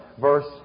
verse